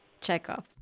Chekhov